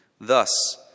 Thus